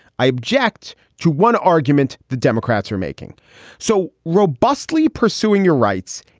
i object to one argument the democrats are making so robustly pursuing your rights,